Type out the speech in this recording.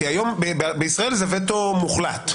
כי בישראל זה וטו מוחלט.